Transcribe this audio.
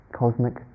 cosmic